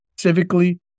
civically